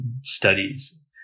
studies